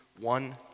one